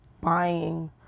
buying